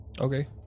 Okay